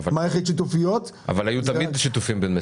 אבל תמיד היו שיתופים.